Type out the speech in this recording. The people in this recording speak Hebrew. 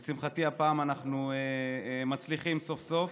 לשמחתי, הפעם אנחנו מצליחים סוף-סוף.